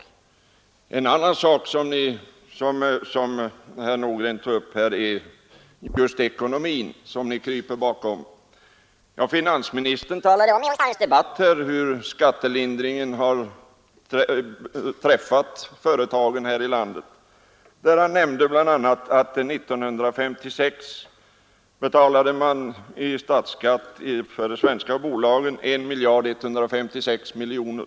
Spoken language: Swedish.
Men en annan sak som herr Nordgren tog upp här gäller ekonomin som ni kryper bakom. I onsdagens debatt talade finansministern om hur skattelindringen gynnat företagen här i landet. Han nämnde bl.a. att de svenska bolagen i statsskatt inbetalade 1 156 000 000 kronor.